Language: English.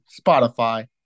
Spotify